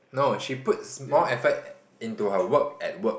no she puts more effort into her work at work